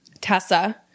Tessa